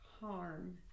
harm